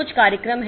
कुछ कार्यक्रम है